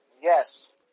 Yes